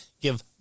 give